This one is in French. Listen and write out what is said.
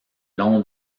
long